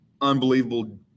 unbelievable